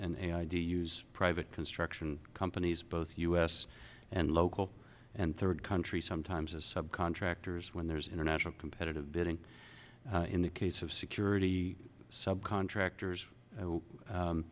and i do use private construction companies both u s and local and third countries sometimes as subcontractors when there's international competitive bidding in the case of security sub contractors